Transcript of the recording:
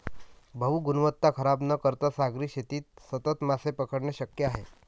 भाऊ, गुणवत्ता खराब न करता सागरी शेतीत सतत मासे पकडणे शक्य आहे